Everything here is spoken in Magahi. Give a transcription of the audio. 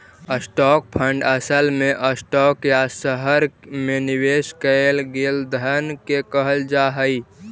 स्टॉक फंड असल में स्टॉक या शहर में निवेश कैल गेल धन के कहल जा हई